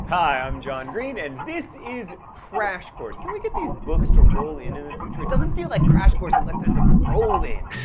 hi i'm john green and this is crash course. can we get these books to roll in in the future? it doesn't feel like crash course unless there's a roll in.